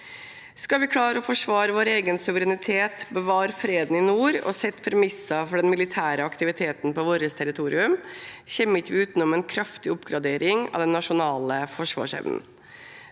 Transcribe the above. Skal vi klare å forsvare vår egen suverenitet, bevare freden i nord og sette premisser for den militære aktiviteten på vårt territorium, kommer vi ikke utenom en kraftig oppgradering av den nasjonale forsvarsevnen.